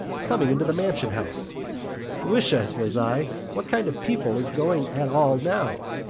coming into the mansion house wisha! says i, what kind of people is going at all now